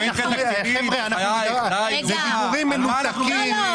אלה דיבורים מנותקים.